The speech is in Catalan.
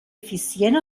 eficient